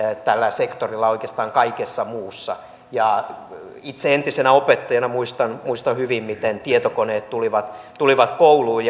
tällä sektorilla oikeastaan kaikessa muussa itse entisenä opettajana muistan muistan hyvin miten tietokoneet tulivat tulivat kouluun